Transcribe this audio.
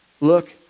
Look